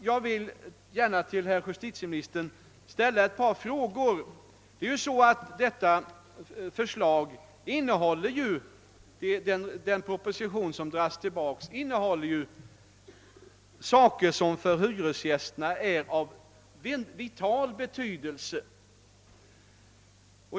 Jag vill gärna till justitieministern ställa ett par frågor. Den proposition som nu dras tillbaka berör ju spörsmål som för hyresgästerna är av vital betydelse.